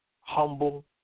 humble